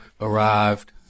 arrived